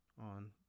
on